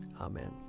Amen